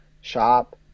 shop